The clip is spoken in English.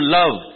love